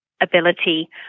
ability